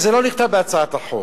וזה לא נכתב בהצעת החוק.